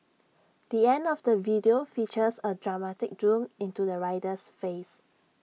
the end of the video features A dramatic zoom into the rider's face